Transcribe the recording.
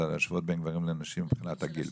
אלא להשוות בין גברים לנשים מבחינת הגיל.